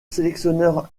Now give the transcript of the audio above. sélectionneur